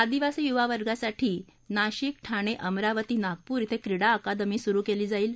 आदिवासी युवावर्गासाठी नाशिक ठाणे अमरावती नागपूर श्वे क्रीडा अकादमी सुरू केली जाईल